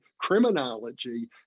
criminology